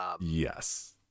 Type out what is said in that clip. Yes